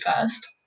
first